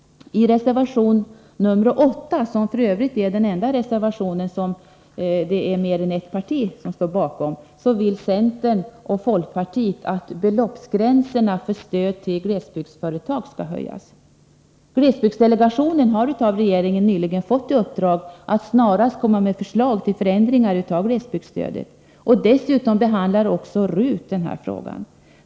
I reservation nr 8, som f. ö. är den enda reservation som mer än ett parti står bakom, vill centern och folkpartiet att beloppsgränserna för stöd till glesbygdsföretag skall höjas. Glesbygdsdelegationen har av regeringen nyligen fått i uppdrag att snarast komma med förslag till förändringar av glesbygdsstödet. Dessutom behandlar också RUT denna fråga.